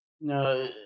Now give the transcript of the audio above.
No